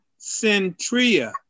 Centria